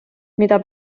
mida